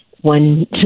one